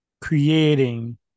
creating